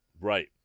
Right